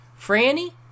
franny